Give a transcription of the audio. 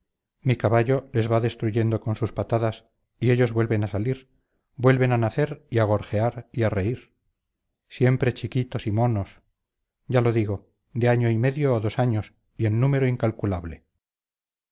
mi caballo les va destruyendo con sus patadas y ellos vuelven a salir vuelven a nacer y a gorjear y a reír siempre chiquitos y monos ya digo de año y medio o dos años y en número incalculable